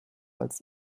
als